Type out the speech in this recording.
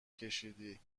کشیدی